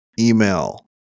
email